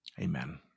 Amen